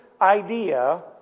idea